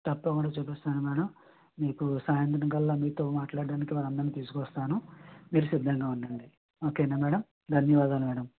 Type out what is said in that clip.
తప్పకుండ చూపిస్తాను మేడమ్ మీకు సాయంత్రం కల్లా మీతో మాట్లాడడానికి వాళ్ళందరిని తీసుకొస్తాను మీరు సిద్ధంగా ఉండండి ఓకే నా మేడమ్ ధన్యవాదాలు మేడమ్